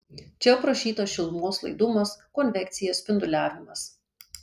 čia aprašytas šilumos laidumas konvekcija spinduliavimas